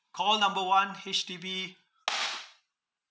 call number one H_D_B